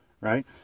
right